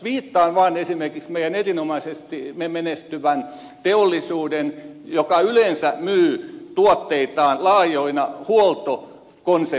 viittaan vaan esimerkiksi meidän erinomaisesti menestyvään teollisuuteemme joka yleensä myy tuotteitaan laajoina huoltokonsepteina